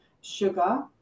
sugar